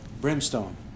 brimstone